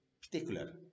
particular